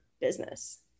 business